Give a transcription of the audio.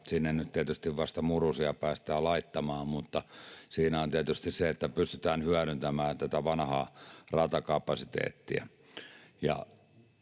nyt tietysti vasta murusia päästään laittamaan, mutta siinä on tietysti se, että pystytään hyödyntämään tätä vanhaa ratakapasiteettia.